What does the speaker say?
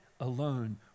alone